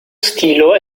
stilo